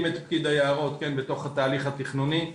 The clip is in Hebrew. את פקיד היערות בתוך התהליך התכנוני.